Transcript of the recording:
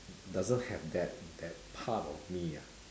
doesn't have that that part of me ah